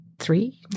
Three